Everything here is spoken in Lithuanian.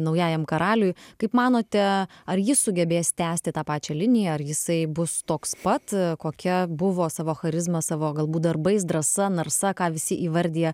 naujajam karaliui kaip manote ar jis sugebės tęsti tą pačią liniją ar jisai bus toks pat kokia buvo savo charizma savo galbūt darbais drąsa narsa ką visi įvardija